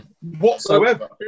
whatsoever